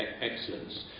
excellence